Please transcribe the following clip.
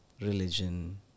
religion